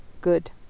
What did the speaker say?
good